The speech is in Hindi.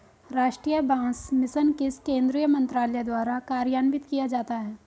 राष्ट्रीय बांस मिशन किस केंद्रीय मंत्रालय द्वारा कार्यान्वित किया जाता है?